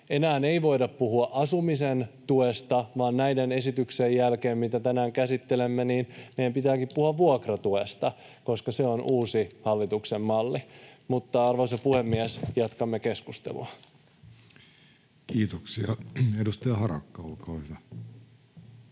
Enää ei voida puhua asumisen tuesta, vaan näiden esityksien jälkeen, mitä tänään käsittelemme, meidän pitääkin puhua vuokratuesta, koska se on uusi hallituksen malli. Eli, arvoisa puhemies, jatkamme keskustelua. [Speech 152] Speaker: Jussi